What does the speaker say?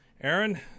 Aaron